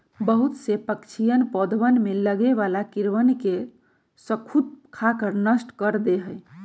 बहुत से पक्षीअन पौधवन में लगे वाला कीड़वन के स्खुद खाकर नष्ट कर दे हई